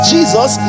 Jesus